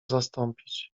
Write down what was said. zastąpić